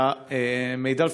מהמידע,